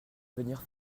venir